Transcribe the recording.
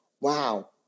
wow